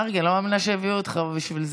מרגי, אני לא מאמינה שהביאו אותך בשביל זה.